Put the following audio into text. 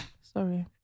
Sorry